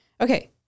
Okay